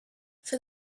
for